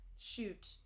Shoot